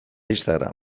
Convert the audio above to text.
instagram